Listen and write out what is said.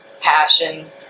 passion